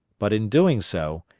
but in doing so,